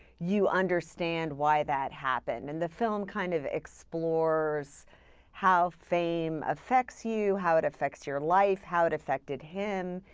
you understand why that happened. and the film kind of explores how fame affects you, how it affects your life, how it affected him.